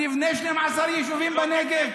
אני אבנה 12 יישובים בנגב,